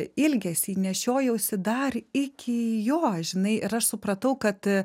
ilgesį nešiojausi dar iki jo žinai ir aš supratau kad